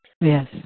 Yes